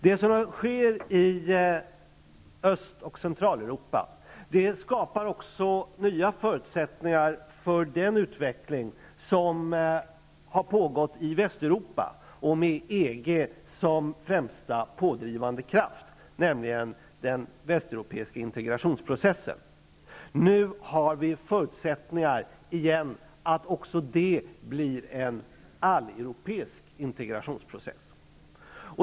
Det som sker i Öst och Centraleuropa skapar också nya förutsättningar för den utveckling som har pågått i Västeuropa, med EG som främsta pådrivande kraft, nämligen den västeuropeiska integrationsprocessen. Nu har vi förutsättningar igen för att det också skall bli en alleuropeisk integrationsprocess.